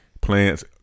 plants